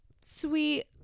sweet